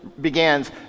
begins